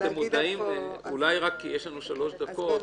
יש לנו שלוש דקות,